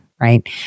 right